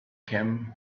kim